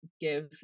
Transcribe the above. give